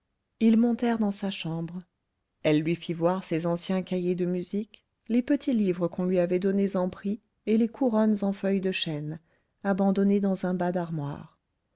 ils montèrent dans sa chambre elle lui fit voir ses anciens cahiers de musique les petits livres qu'on lui avait donnés en prix et les couronnes en feuilles de chêne abandonnées dans un bas d'armoire